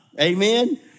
Amen